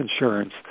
insurance